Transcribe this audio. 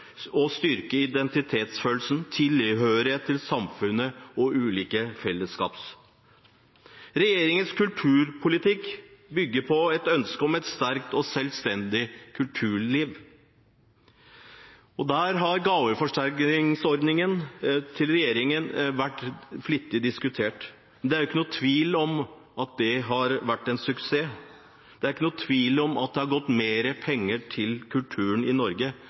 styrke identitetsfølelse, tilhørighet i samfunnet og ulike fellesskap. Regjeringens kulturpolitikk bygger på et ønske om et sterkt og selvstendig kulturliv. Der har gaveforsterkningsordningen til regjeringen vært flittig diskutert. Det er ikke noen tvil om at den har vært en suksess. Det er ikke noen tvil om at det har gått mer penger til kulturen i Norge,